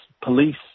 police